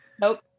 Nope